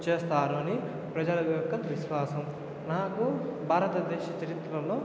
చేస్తారని ప్రజలు యొక్క విశ్వాసం నాకు భారతదేశ చరిత్రలో